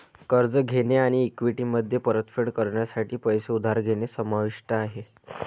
कर्ज घेणे आणि इक्विटीमध्ये परतफेड करण्यासाठी पैसे उधार घेणे समाविष्ट आहे